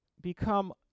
become